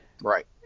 Right